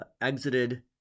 exited